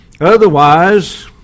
Otherwise